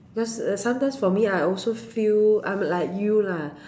because uh sometimes for me I also feel I'm like you lah